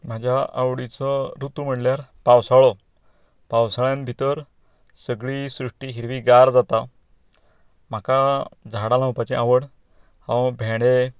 म्हाज्या आवडीचो ऋतू म्हळ्यार पावसाळो पावसाळ्यांत भितर सगळीं सृश्टी हिरवीगार जाता म्हाका झाडां लावपाचें आवड हांव भेंडे